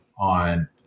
on